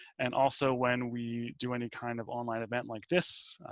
and also when we do any kind of online event like this,